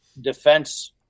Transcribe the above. defense